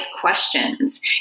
questions